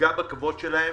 נפגע בכבוד שלהם,